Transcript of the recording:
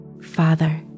Father